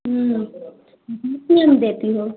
कितने में देती हो